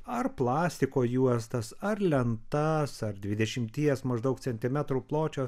ar plastiko juostas ar lentas ar dvidešimties maždaug centimetrų pločio